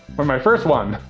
or my first one.